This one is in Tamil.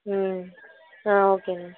ம் ஆ ஓகே மேம்